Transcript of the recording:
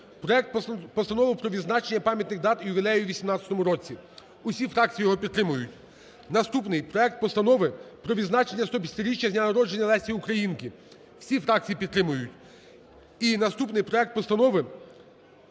пам'яток про відзначення пам'ятних дат і ювілеїв в 2018 році. Усі фракції його підтримують. Наступний – проект Постанови про відзначення 150-річчя з дня народження Лесі Українки. Всі фракції підтримують. І наступний – проект постанови…